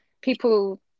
people